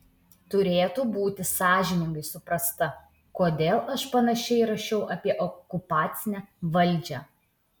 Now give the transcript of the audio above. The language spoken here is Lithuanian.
turėtų būti sąžiningai suprasta kodėl aš panašiai rašiau apie okupacinę valdžią